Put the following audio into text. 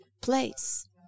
place